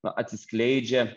na atsiskleidžia